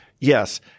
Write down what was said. yes